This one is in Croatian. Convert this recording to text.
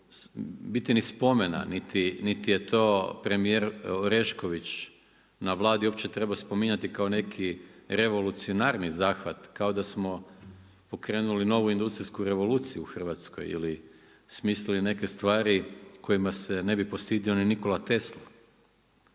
biti ni spomena niti je to premijer Orešković na Vladi uopće trebao spominjati kao neki revolucionarni zahvat, ako da smo pokrenuli novu industrijsku revoluciju u Hrvatskoj ili smislili neke stvari kojima se ne bi postidio ni Nikola Tesla